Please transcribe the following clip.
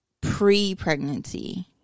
pre-pregnancy